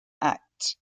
act